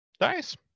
nice